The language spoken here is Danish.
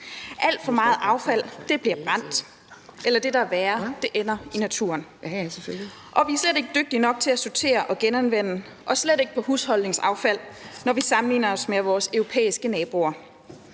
Alt for meget affald bliver brændt eller det, der er værre: Det ender i naturen. Og vi er slet ikke dygtige nok til at sortere og genanvende og slet ikke i forhold til husholdningsaffald, når vi sammenligner os med vores europæiske naboer.